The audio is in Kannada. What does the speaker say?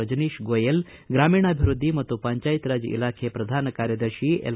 ರಜನೀತ್ ಗೋಯಲ್ ಗ್ರಾಮೀಣಾಭಿವೃದ್ಧಿ ಮತ್ತು ಪಂಚಾಯತ್ ರಾಜ್ ಇಲಾಖೆ ಪ್ರಧಾನ ಕಾರ್ಯದರ್ಶಿ ಎಲ್